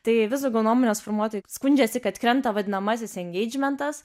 tai vis daugiau nuomonės formuotojų skundžiasi kad krenta vadinamasis engeidžmentas